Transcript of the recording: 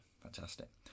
fantastic